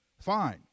Fine